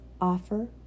Offer